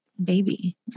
Baby